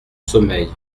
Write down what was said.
sommeil